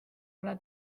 ole